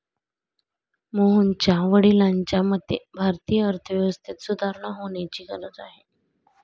मोहनच्या वडिलांच्या मते, भारतीय अर्थव्यवस्थेत सुधारणा होण्याची गरज आहे